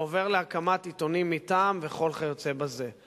עובר להקמת עיתונים מטעם וכל כיוצא בזה.